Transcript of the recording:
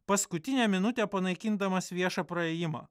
paskutinę minutę panaikindamas viešą praėjimą